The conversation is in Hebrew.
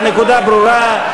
הנקודה ברורה.